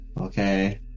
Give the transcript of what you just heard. Okay